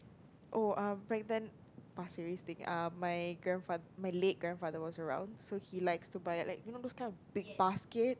oh um back then Pasir-Ris thing um my grandfa~ my late grandfather was around so he likes to buy like you know those kind of big basket